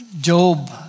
Job